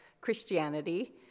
Christianity